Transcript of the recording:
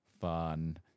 fun